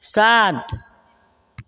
सात